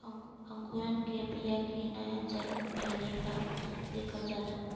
अंकुरण के बिया के नया जन्म के लेखा देखल जाला